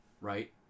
Right